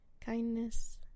Kindness